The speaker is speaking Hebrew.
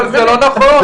אבל זה לא נכון.